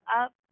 up